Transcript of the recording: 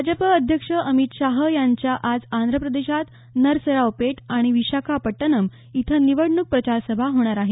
भाजपं अध्यक्ष अमित शहा यांच्या आज आंध्र प्रदेशात नरसरावपेट आणि विशाखापट्टणमं इथं निवडणूक प्रचार सभा होणार आहेत